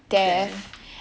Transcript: death